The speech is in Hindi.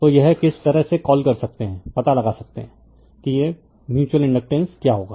तो यह किस तरह से कॉल कर सकते हैं पता लगा सकते हैं कि म्यूच्यूअल इंडकटेन्स क्या होगा